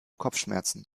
kopfschmerzen